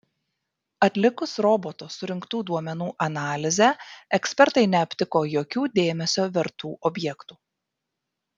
atlikus roboto surinktų duomenų analizę ekspertai neaptiko jokių dėmesio vertų objektų